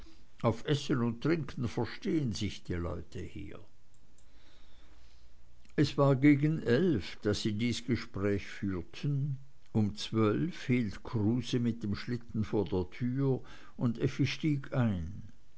auf essen und trinken verstehen sich die leute hier es war gegen elf daß sie dies gespräch führten um zwölf hielt kruse mit dem schlitten vor der tür und effi stieg ein